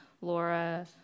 Laura